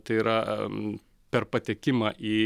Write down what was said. tai yra per patekimą į